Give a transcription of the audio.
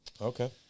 Okay